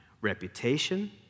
reputation